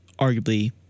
arguably